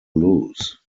lose